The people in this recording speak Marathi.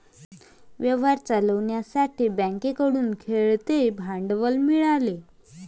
व्यवसाय चालवण्यासाठी बँकेकडून खेळते भांडवल मिळाले